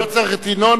לא צריך את ינון,